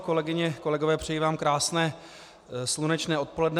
Kolegyně, kolegové, přeji vám krásné slunečné odpoledne.